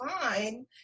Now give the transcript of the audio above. fine